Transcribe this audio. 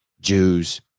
Jews